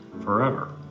forever